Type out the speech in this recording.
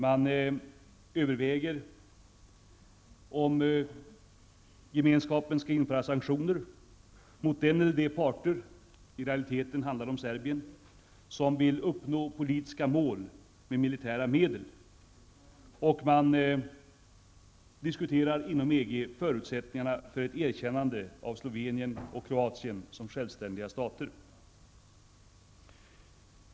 Man överväger om gemenskapen skall införa sanktioner mot den eller de parter -- i realiteten handlar det om Serbien -- som vill uppnå politiska mål med militära medel. Man diskuterar inom EG förutsättningarna för ett erkännande av Slovenien och Kroatien som självständiga stater.